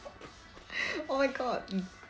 oh my god